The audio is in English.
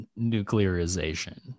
nuclearization